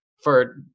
for-